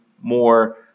more